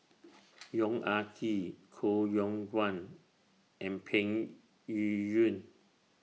Yong Ah Kee Koh Yong Guan and Peng Yuyun